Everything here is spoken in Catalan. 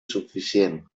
suficient